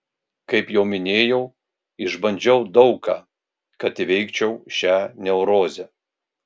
kaip jau minėjau išbandžiau daug ką kad įveikčiau šią neurozę